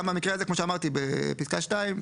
גם המקרה הזה, כמו שאמרתי, בפסקה (2),